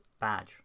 badge